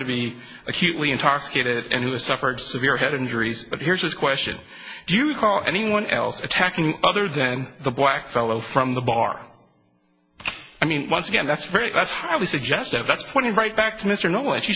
to be acutely intoxicated and who has suffered severe head injuries but here's his question do you recall anyone else attacking other than the black fellow from the bar i mean once again that's very that's highly suggestive that's twenty right back to mr no